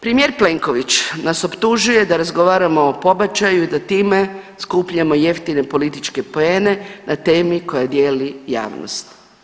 Premijer Plenković nas optužuje da razgovaramo o pobačaju i da time skupljamo jeftine političke poene na temi koja dijeli javnost.